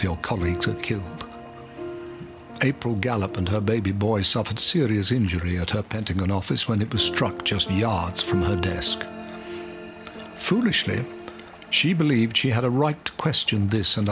were killed april gallop and her baby boy suffered serious injury at a pentagon office when it was struck just yards from her desk foolishly she believed she had a right to question this